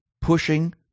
pushing